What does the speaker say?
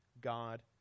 God